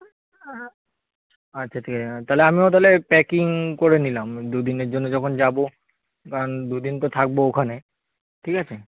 আচ্ছা ঠিক আছে তাহলে আমিও তাহলে প্যাকিং করে নিলাম দু দিনের জন্য যখন যাব কারণ দুদিন তো থাকবো ওখানে ঠিক আছে